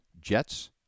Jets